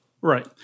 Right